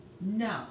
no